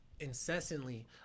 incessantly